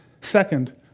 Second